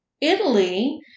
Italy